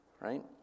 right